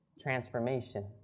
transformation